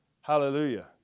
Hallelujah